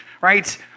right